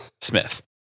Smith